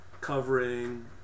covering